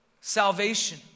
Salvation